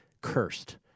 cursed